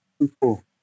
people